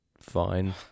fine